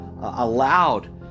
allowed